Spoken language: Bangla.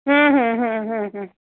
হুম হুম হুম হুম হুম